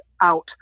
out